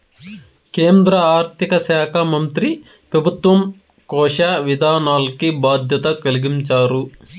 కేంద్ర ఆర్థిక శాకా మంత్రి పెబుత్వ కోశ విధానాల్కి బాధ్యత కలిగించారు